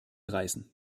reißen